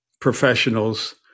professionals